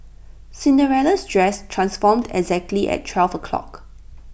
Cinderella's dress transformed exactly at twelve o'clock